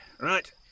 Right